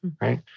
right